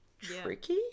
tricky